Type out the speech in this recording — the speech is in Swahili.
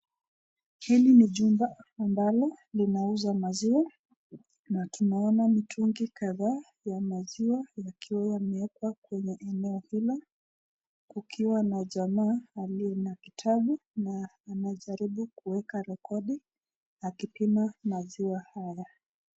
Hili ni chumba ambalo linauza maziwa na tunaona mitungi kadhaa ya maziwa ikiwa imewekwa eneo hilo, kukiwa na jamaa aliyena kitabu na anjaribu kuweka rekodi akipima maziwa haya.